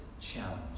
challenge